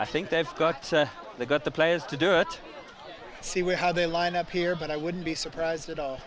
i think they've got they've got the players to do it see we had a line up here but i wouldn't be surprised at all